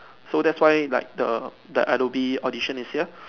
so that's why like the the Adobe Audition is here